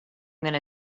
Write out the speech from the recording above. gonna